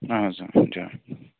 اہن حظ